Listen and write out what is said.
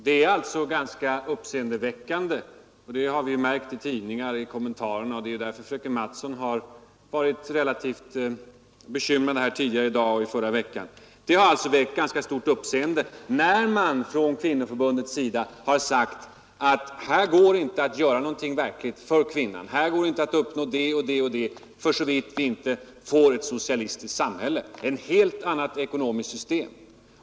Det har alltså — detta har vi märkt i tidningskommentarerna och. det är därför fröken Mattson har varit relativt bekymrad tidigare i dag och i förra veckan — väckt ganska stort uppseende när man från Socialdemokratiska kvinnoförbundet sagt, att här går det inte att göra något verkligt för kvinnan förrän vi får ett socialistiskt samhälle, ett helt annat ekonomiskt system.